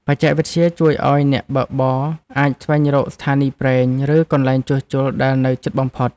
បច្ចេកវិទ្យាជួយឱ្យអ្នកបើកបរអាចស្វែងរកស្ថានីយ៍ប្រេង ឬកន្លែងជួសជុលដែលនៅជិតបំផុត។